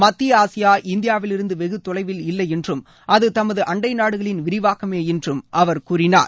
மத்திய ஆசியா இந்தியாவிலிருந்து வெகு தொலைவில் இல்லை என்றும் அது தமது அண்டை நாடுகளின் விரிவாக்கமே என்றும் அவர் கூறினார்